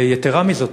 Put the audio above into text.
יתרה מזו,